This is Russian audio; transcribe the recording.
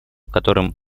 которым